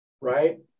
right